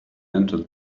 entered